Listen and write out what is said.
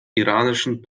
iranischen